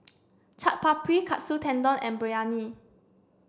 Chaat Papri Katsu Tendon and Biryani